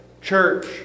church